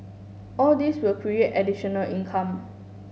all these will create additional income